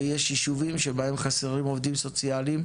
ויש יישובים שבהם חסרים עובדים סוציאליים.